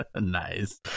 Nice